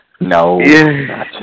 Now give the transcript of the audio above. No